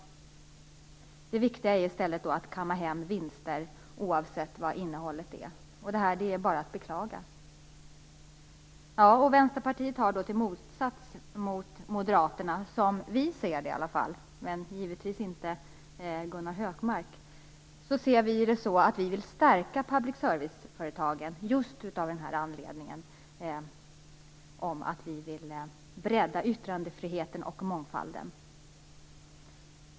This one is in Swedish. Det viktiga är i stället att kamma hem vinster, oavsett vad innehållet är. Det är bara att beklaga. Vänsterpartiet vill, i motsats till Moderaterna - som vi ser det, men givetvis inte Gunnar Hökmark - stärka public service-företagen just av den anledningen att vi vill bredda yttrandefriheten och mångfalden.